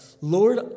Lord